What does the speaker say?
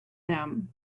them